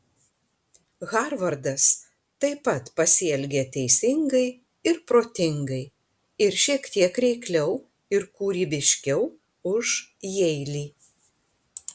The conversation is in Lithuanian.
harvardas taip pat pasielgė teisingai ir protingai ir šiek tiek reikliau ir kūrybiškiau už jeilį